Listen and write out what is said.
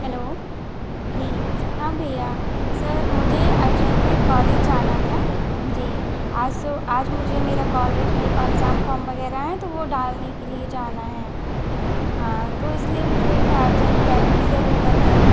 hello जी हाँ भईया सर मुझे अर्जेंट कॉलेज जाना था जी आज सो आज मुझे मेरा कॉलेज में एक अग्जाम फॉम वगैरह हैं तो वो डालने के लिए जाना हैं हाँ तो इसलिए मुझे एक एक अर्जेंट कैब की जरुरत है